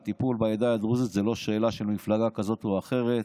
הטיפול בעדה הדרוזית זה לא שאלה של מפלגה כזאת או אחרת.